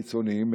קיצוניים,